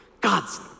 God's